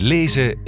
Lezen